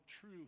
true